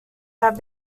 have